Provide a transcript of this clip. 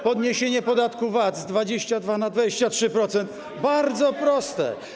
Podniesienie podatku VAT z 22 na 23% - bardzo proste.